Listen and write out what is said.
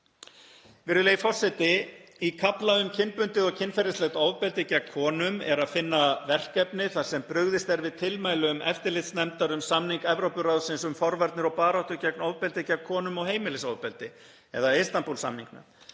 Virðulegi forseti. Í kafla um kynbundið og kynferðislegt ofbeldi gegn konum er að finna verkefni þar sem brugðist er við tilmælum eftirlitsnefndar um samning Evrópuráðsins um forvarnir og baráttu gegn ofbeldi gegn konum og heimilisofbeldi, eða Istanbúl-samningnum,